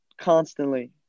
constantly